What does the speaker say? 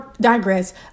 digress